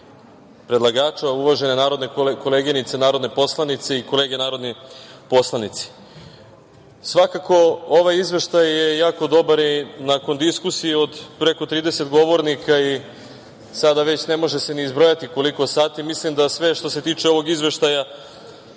predlagača, uvažene koleginice narodne poslanice i kolege narodni poslanici, svakako, ovaj izveštaj je jako dobar. I nakon diskusije od preko 30 govornika i sada već ne može se ni izbrojati koliko sati, mislim da sve što se tiče ovog izveštaja